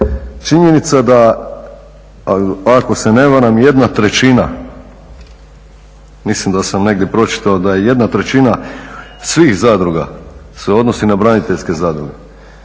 Činjenica da, ako se ne varam, jedna trećina, mislim da sam negdje pročitao da je jedna trećina svih zadruga se odnosi na braniteljske zadruge.